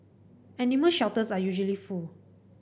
animal shelters are usually full